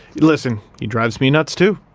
listen, he drives me nuts too.